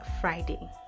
Friday